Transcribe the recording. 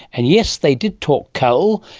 and yes, they did talk coal.